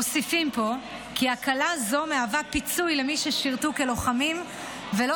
מוסיפים פה כי הקלה זו מהווה פיצוי למי ששירתו כלוחמים ולא